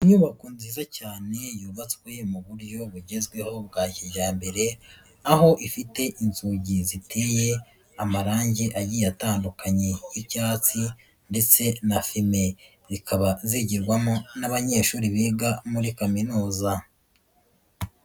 Inyubako nziza cyane yubatswe mu buryo bugezweho bwa kijyambere, aho ifite inzugi ziteye amarangi agiye atandukanye y'icyatsi ndetse na fime, ikaba izirwamo n'abanyeshuri biga muri kaminuza.